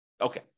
Okay